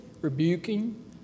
rebuking